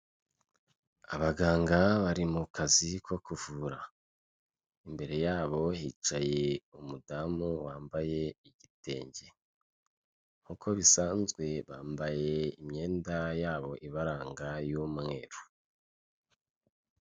Abaganga bari mu kazi ko kuvura imbere yabo hicaye umudamu wambaye igitenge, nk'uko bisanzwe bambaye imyenda yabo ibaranga y'umweru.